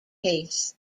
case